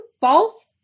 False